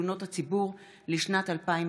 47 של נציב תלונות הציבור לשנת 2020,